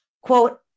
quote